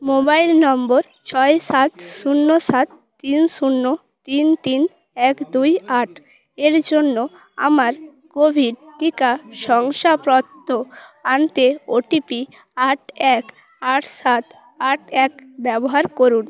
mobile নম্বর ছয় সাত শূন্য সাত তিন শূন্য তিন তিন এক দুই আট এর জন্য আমার কোভিড টিকা শংসাপত্র আনতে ওটিপি আট এক আট সাত আট এক ব্যবহার করুন